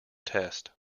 test